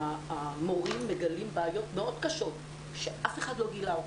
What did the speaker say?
המורים מגלים בעיות מאוד קשות שאף אחד לא גילה אותם.